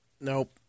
Nope